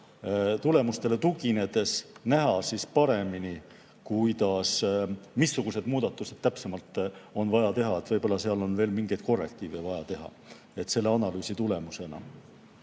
tulemustele tuginedes saab paremini näha, missugused muudatused täpsemalt on vaja teha. Võib‑olla on seal veel mingeid korrektiive vaja teha selle analüüsi tulemusena.